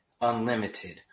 unlimited